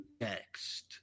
next